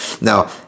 Now